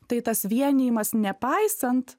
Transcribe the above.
tai tas vienijimas nepaisant